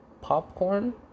popcorn